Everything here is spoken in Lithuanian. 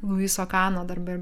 luiso kano darbai